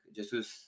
Jesus